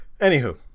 Anywho